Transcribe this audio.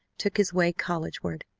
took his way collegeward.